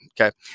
Okay